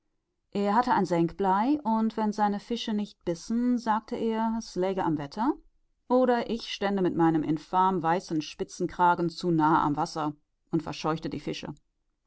er hatte ein senkblei und wenn seine fische nicht bissen sagte er es läge am wetter oder ich stände mit meinem infam weißen spitzenkragen zu nahe am wasser und verscheuchte die fische